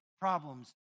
problems